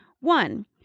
One